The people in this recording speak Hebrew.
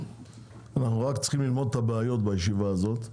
אנחנו רק צריכים ללמוד את הבעיות בישיבה הזאת.